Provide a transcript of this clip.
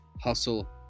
hustle